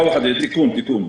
תיקון: